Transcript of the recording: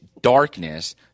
darkness